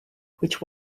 which